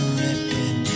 ripping